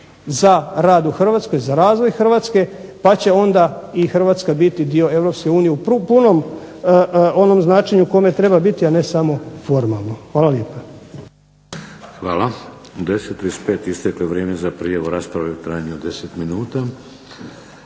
za rad u Hrvatskoj, za razvoj Hrvatske, pa će onda i Hrvatska biti dio Europske unije u punom onom značenju u kome treba biti, a ne samo formalno. Hvala lijepa. **Šeks, Vladimir (HDZ)** Hvala. U 10 i 35 isteklo je vrijeme za prijavu rasprave u trajanju od 10 minuta.